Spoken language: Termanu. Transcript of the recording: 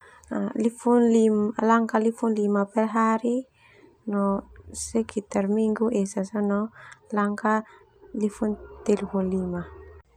lifun li langakah lifun lima perhari sekitar Minggu esa sona langkah sekitar lifun telu hulu lima.